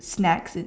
snacks and